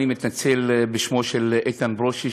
אני מתנצל בשמו של איתן ברושי,